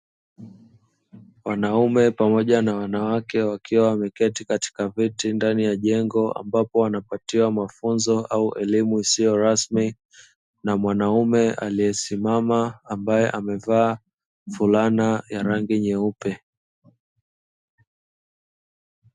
Wanaume pamoja na wanawake wakiwa wameketi katika viti ndani ya jengo ambapo wanapatiwa mafunzo au elimu isiyorasmi, na mwanaume aliyesimama ambaye amevaa fulana ya rangi nyeupe.